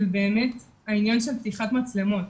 של באמת העניין של פתיחת מצלמות.